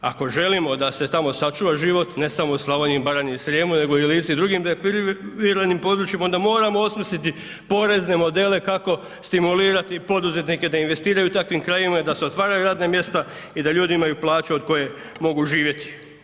Ako želimo da se tamo sačuva život, ne samo u Slavoniji, Baranji i Srijemu nego i drugim depriviranim područjima onda moramo osmisliti porezne modele kako stimulirati poduzetnike da investiraju u takvim krajevima i da se otvaraju radna mjesta i da ljudi imaju plaću od koje mogu živjeti.